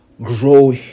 grow